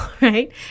right